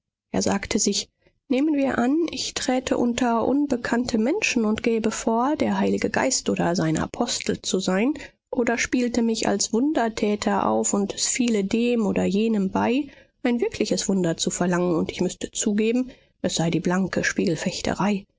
er sagte sich nehmen wir an ich träte unter unbekannte menschen und gäbe vor der heilige geist oder sein apostel zu sein oder spielte mich als wundertäter auf und es fiele dem oder jenem bei ein wirkliches wunder zu verlangen und ich müßte zugeben es sei die blanke